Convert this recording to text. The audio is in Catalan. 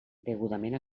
degudament